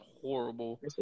horrible